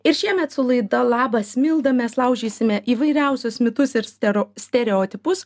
ir šiemet su laida labas milda mes laužysime įvairiausius mitus ir stero stereotipus